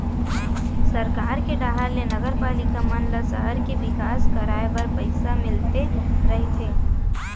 सरकार के डाहर ले नगरपालिका मन ल सहर के बिकास कराय बर पइसा मिलते रहिथे